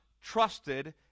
trusted